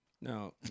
Now